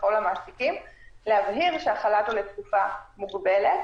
לכל המעסיקים שהחל"ת הוא לתקופה מוגבלת.